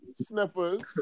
sniffers